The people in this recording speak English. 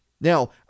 Now